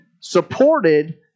supported